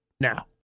now